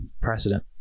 precedent